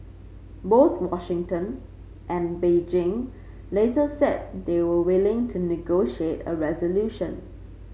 both Washington and Beijing later said they were willing to negotiate a resolution